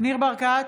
ניר ברקת,